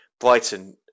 Brighton